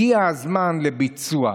הגיע הזמן לביצוע.